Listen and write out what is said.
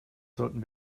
sollten